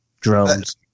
Drones